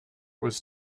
was